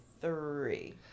three